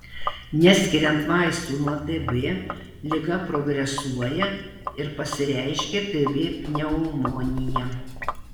neskiriant vaistų nuo tb liga progresuoja ir pasireiškia tb pneumonija